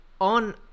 on